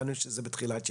נראה לי שזה בתחילת ינואר.